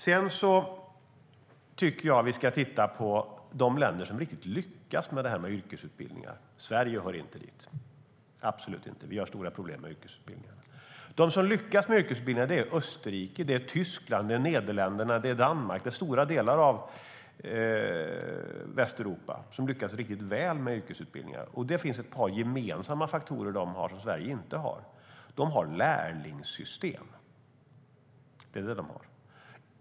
Jag tycker att vi ska titta på de länder som riktigt lyckas med yrkesutbildningar. Sverige hör absolut inte till dem. Vi har stora problem med yrkesutbildningar. De som lyckas är Österrike, Tyskland, Nederländerna och Danmark. Stora delar av Västeuropa lyckas riktigt väl med yrkesutbildningar. Det finns ett par gemensamma faktorer de har som Sverige inte har. De har lärlingssystem.